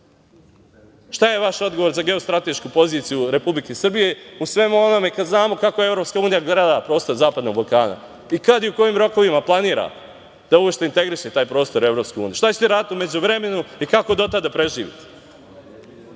Šta je vaš odgovor za geostratešku poziciju Republike Srbije u svemu ovome, kad znamo kako je EU ogrnula prostor zapadnog Balkana i kad i u kojim rokovima planira da uopšte integriše taj prostor EU? Šta ćete raditi u međuvremenu i kako do tada da preživite?